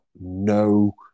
no